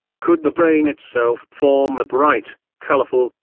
could the brain itself form a bright, colorful,